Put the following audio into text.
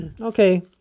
okay